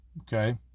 okay